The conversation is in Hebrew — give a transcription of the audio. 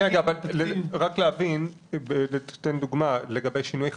רק להבין לגבי שינוי חקיקה.